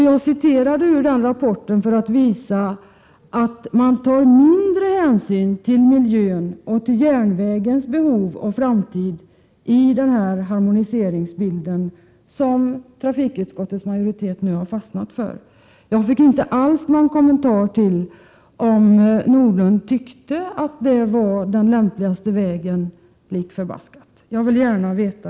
Jag citerade ur hans rapport för att visa att man tar mindre hänsyn till miljön och till järnvägens behov och framtid i denna harmoniseringsbild som trafikutskottets majoritet nu har fastnat för. Sven-Olof Nordlund kommenterade inte alls om han ansåg att detta var den lämpligaste vägen. Jag skulle gärna vilja veta detta.